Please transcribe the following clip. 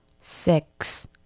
six